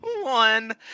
one